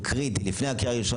אותו דבר לגבי עבודה